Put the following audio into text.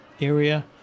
area